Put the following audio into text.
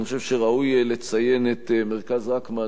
אני חושב שראוי לציין את "מרכז רקמן",